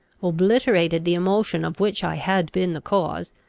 obliterated the emotion of which i had been the cause,